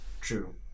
True